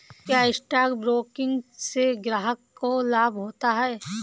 क्या stock broking से ग्राहक को लाभ होता है?